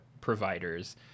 providers